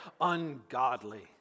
ungodly